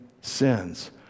sins